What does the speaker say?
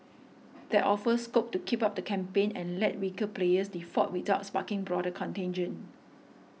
that offers scope to keep up the campaign and let weaker players default without sparking broader contagion